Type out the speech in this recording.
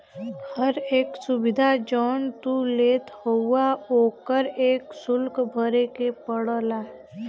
हर एक सुविधा जौन तू लेत हउवा ओकर एक सुल्क भरे के पड़ला